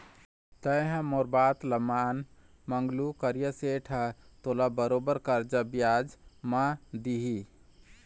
तेंहा मोर बात मान मंगलू करिया सेठ ह तोला बरोबर करजा बियाज म दिही